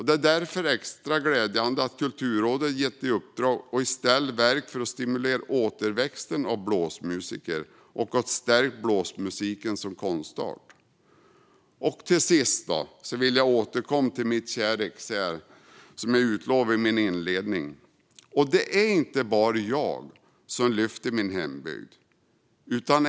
Det är därför extra glädjande att Kulturrådet getts i uppdrag att i stället verka för att stimulera återväxten av blåsmusiker och att stärka blåsmusiken som konstart. Till sist vill jag återkomma till mitt kära Ekshärad, som jag utlovade i min inledning. Det är inte bara jag som lyfter fram "Eksär", min hembygd.